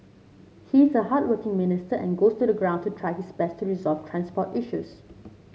he's a hardworking minister and goes to the ground to try his best to resolve transport issues